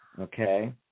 Okay